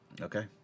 Okay